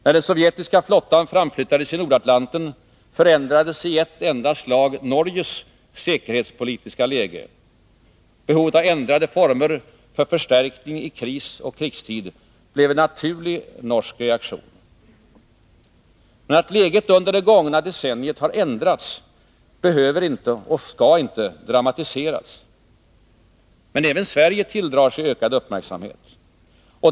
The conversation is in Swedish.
När den sovjetiska flottan framflyttades i Nordatlanten, förändrades i ett enda slag Norges säkerhetspolitiska läge. Behovet av ändrade former för förstärkning i krisoch krigstid blev en naturlig norsk reaktion. Men att läget under det gångna decenniet har ändrats behöver inte och skall inte dramatiseras. Men även Sverige tilldrar sig ökad uppmärksamhet.